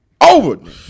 over